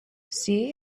see